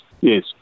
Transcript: yes